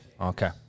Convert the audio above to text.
Okay